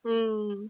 mm